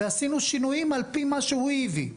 עשינו שינויים על פי מה שהוא הביא,